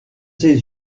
ses